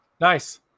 nice